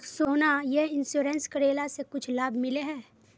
सोना यह इंश्योरेंस करेला से कुछ लाभ मिले है?